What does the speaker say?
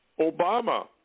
Obama